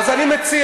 אז אני מציע,